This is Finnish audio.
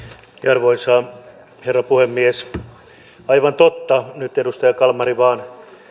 arvoisa herra puhemies aivan totta mutta nyt edustaja kalmari vain